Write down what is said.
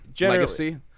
legacy